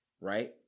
right